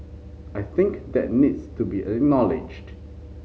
I think that needs to be acknowledged